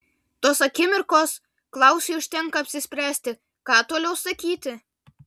tos akimirkos klausui užtenka apsispręsti ką toliau sakyti